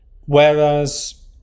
Whereas